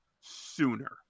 sooner